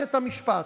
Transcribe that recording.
במערכת המשפט,